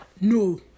No